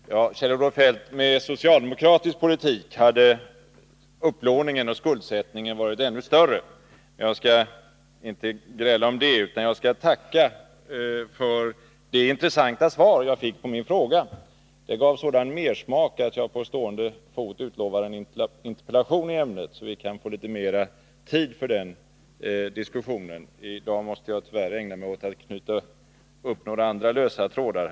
Fru talman! Ja, Kjell-Olof Feldt, med socialdemokratisk politik hade upplåningen och skuldsättningen varit ännu större. Jag skall inte gräla om det, utan jag skall tacka för det intressanta svar som jag fick på min fråga. Det gav sådan mersmak att jag på stående fot utlovar en interpellation i ämnet, så att vi kan få litet mer tid för den diskussionen. I dag måste jag tyvärr ägna mig åt att knyta upp några andra lösa trådar.